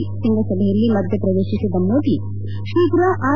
ತ್ವಂಗಸಭೆಯಲ್ಲಿ ಮಧ್ಯಪ್ರವೇಶಿಸಿದ ಮೋದಿ ಶೀಘ್ರ ಆರ್